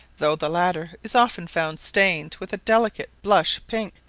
though the latter is often found stained with a delicate blush-pink,